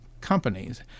companies